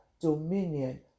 dominion